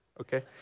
okay